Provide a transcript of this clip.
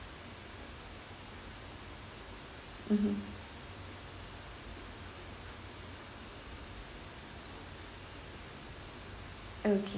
mmhmm okay